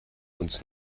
uns